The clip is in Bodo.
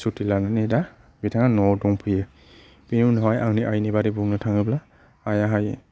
छुटि लानानै दा बिथाङा न'आव दंफैयो बेनि उनाव आंनि आइनि बागै बुंनो थांबोला आइया हाय